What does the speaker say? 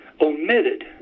omitted